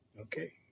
Okay